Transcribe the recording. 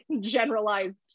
generalized